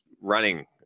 running